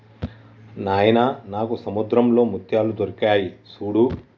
నాయిన నాకు సముద్రంలో ముత్యాలు దొరికాయి సూడు